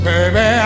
Baby